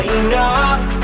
enough